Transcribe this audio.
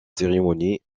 cérémonie